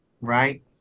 right